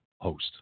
host